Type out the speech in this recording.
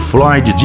Floyd